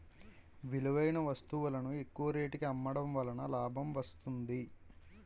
విలువైన వస్తువులను ఎక్కువ రేటుకి అమ్మడం వలన లాభం వస్తుంది